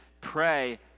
pray